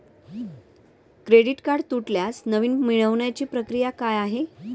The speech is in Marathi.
क्रेडिट कार्ड तुटल्यास नवीन मिळवण्याची प्रक्रिया काय आहे?